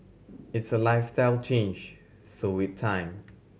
it's a lifestyle change so it time